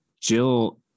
Jill